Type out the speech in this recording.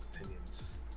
opinions